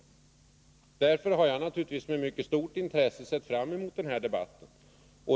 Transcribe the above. Därför har jag naturligtvis med mycket stort intresse sett fram mot denna debatt.